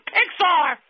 Pixar